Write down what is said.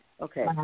Okay